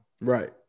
Right